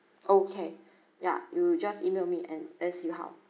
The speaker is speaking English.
okay ya you just email me and let's see how